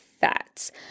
fats